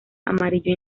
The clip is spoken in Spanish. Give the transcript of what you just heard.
amarillo